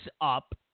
up